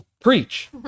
preach